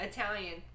Italian